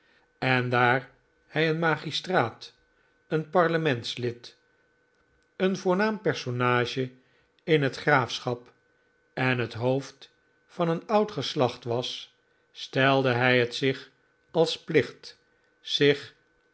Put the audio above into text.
en daar hij een magistraat een parlementslid een voornaam personage in het graafschap en het hoofd van een oud geslacht was stelde hij het zich als plicht zich